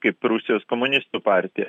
kaip rusijos komunistų partija